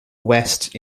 west